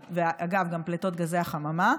ואגב, גם את פליטות גזי החממה.